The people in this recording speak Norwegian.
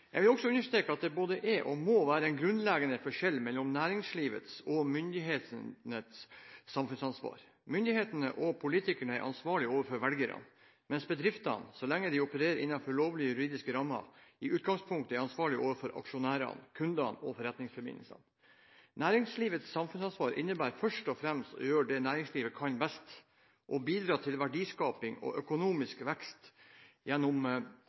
Jeg vil også understreke at det både er og må være en grunnleggende forskjell mellom næringslivets og myndighetenes samfunnsansvar. Myndighetene og politikerne er ansvarlige overfor velgerne, mens bedriftene, så lenge de opererer innenfor lovlige juridiske rammer, i utgangspunktet er ansvarlige overfor aksjonærer, kunder og forretningsforbindelser. Næringslivets samfunnsansvar innebærer først og fremst å gjøre det næringslivet kan best: å bidra til verdiskaping og økonomisk vekst gjennom